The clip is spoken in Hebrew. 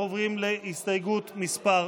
אנחנו עוברים להסתייגות מס'